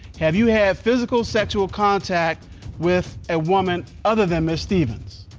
have you had physical, sexual contact with a woman other than miss stephens?